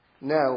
Now